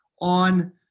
on